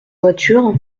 voiture